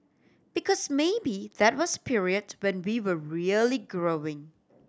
because maybe that was period when we were really growing